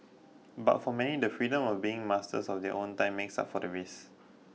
but for many the freedom of being master of their own time makes up for the risk